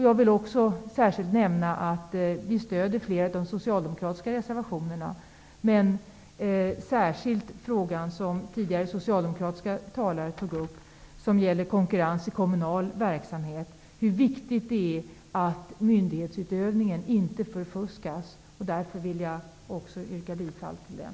Jag vill särskilt nämna att vi stöder flera av de socialdemokratiska reservationerna, men särskilt reservation 5 -- som tidigare socialdemokratiska talare har tagit upp -- som gäller konkurrrens i kommunal verksamhet. Det är viktigt att myndighetsutövningen inte förfuskas. Jag yrkar bifall till den reservationen.